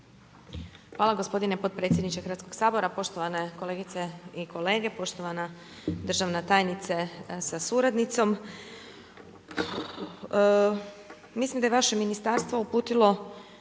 Hvala gospodine potpredsjedniče Hrvatskog sabora. Poštovane kolegice i kolege, poštovana državna tajnice sa suradnicom. Mislim da je vaše ministarstvo uputilo